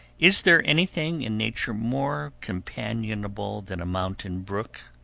is there anything in nature more companionable than a mountain brook?